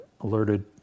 alerted